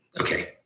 Okay